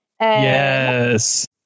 Yes